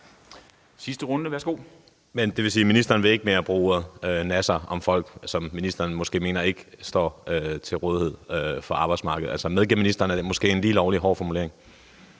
Rasmussen (S): Men vil det sige, at ministeren ikke mere vil bruge ordet nassere om folk, som ministeren måske mener ikke står til rådighed for arbejdsmarkedet? Altså, medgiver ministeren, at det måske er en lige lovlig hård formulering?